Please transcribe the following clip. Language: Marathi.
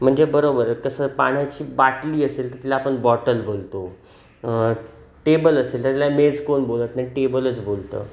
म्हणजे बरोबर कसं पाण्याची बाटली असेल तर तिला आपण बॉटल बोलतो टेबल असेल तर तिला मेज कोण बोलत नाही टेबलच बोलतं